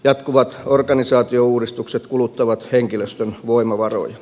jatkuvat organisaatiouudistukset kuluttavat henkilöstön voimavaroja